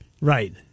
Right